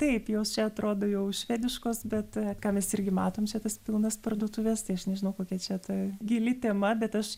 taip jos čia atrodo jau švediškos bet ką mes irgi matom čia tas pilnas parduotuves tai aš nežinau kokia čia ta gili tema bet aš